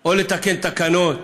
או לתקן תקנות